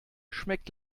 schmeckt